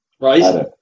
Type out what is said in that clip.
Right